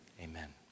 Amen